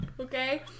okay